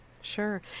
Sure